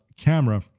camera